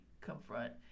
confront